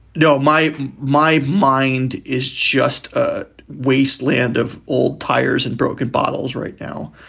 no, my my mind is just. ah wasteland of old tires and broken bottles right now.